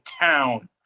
town